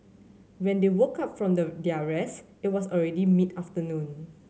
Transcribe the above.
when they woke up from the their rest it was already mid afternoon